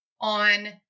on